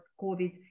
covid